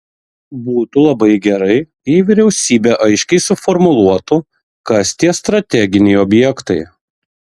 būtų labai gerai jei vyriausybė aiškiai suformuluotų kas tie strateginiai objektai